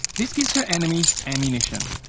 this gives her enemies ammunition.